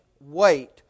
wait